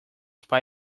spy